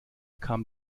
kamen